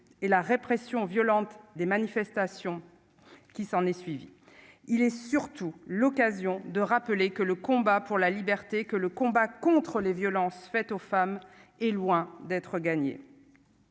et la répression violente des manifestations qui s'en est suivi, il est surtout l'occasion de rappeler que le combat pour la liberté que le combat contre les violences faites aux femmes est loin d'être gagné